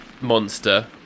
monster